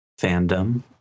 fandom